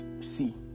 see